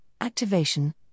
activation